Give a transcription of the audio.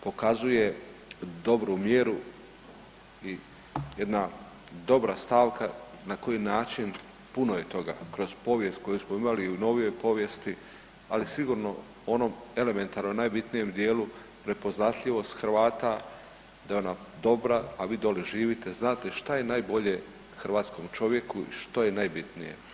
Pokazuje dobru vjeru i jedna dobra stavka na koji način, puno je toga kroz povijest koju smo imali i u novijoj povijesti ali sigurno ono elementarno u najbitnijem djelu prepoznatljivost Hrvata da je ona dobra, a vi dolje živite, znate šta je najbolje hrvatskom čovjeku i što je najbitnije.